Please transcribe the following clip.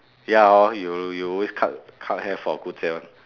ya hor you'll you always cut cut hair for gu jie [one]